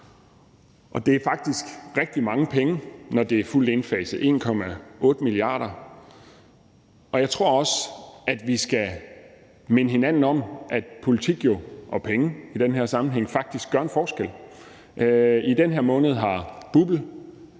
Og det er faktisk rigtig mange penge, når det er fuldt indfaset, 1,8 mia. kr., og jeg tror også, vi skal minde hinanden om, at politik jo – og penge i den her sammenhæng – faktisk gør en forskel. I den her måned har Google